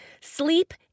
Sleep